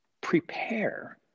Prepare